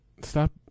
stop